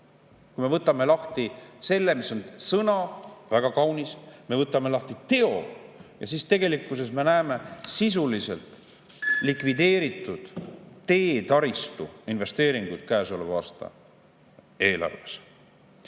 Kui me võtame lahti selle, mis on sõna, väga kaunis, ja me võtame lahti teo, siis tegelikkuses me näeme sisuliselt likvideeritud teetaristu investeeringuid käesoleva aasta eelarves.